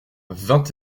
vingt